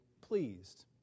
pleased